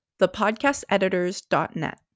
thepodcasteditors.net